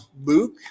Luke